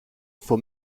for